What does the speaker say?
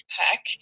pack